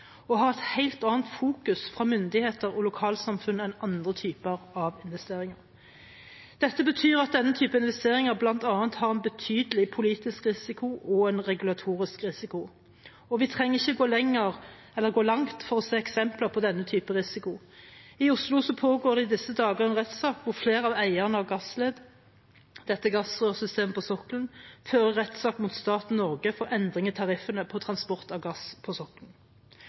et helt annet fokus fra myndigheter og lokalsamfunn enn andre typer investeringer. Dette betyr at denne type investeringer bl.a. har en betydelig politisk risiko og en regulatorisk risiko. Vi trenger ikke å gå langt for å se eksempler på denne type risiko. I Oslo pågår i disse dager en rettssak hvor flere av eierne av Gassled, gassrørsystemet på sokkelen, fører rettssak mot staten Norge for endring i tariffene på transport av gass på sokkelen.